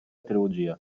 teologia